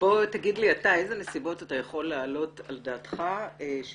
בוא תגיד לי אתה איזה נסיבות אתה יכול להעלות על דעתך שיאפשרו